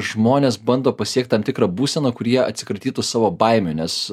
žmonės bando pasiekt tam tikrą būseną kurie atsikratytų savo baimių nes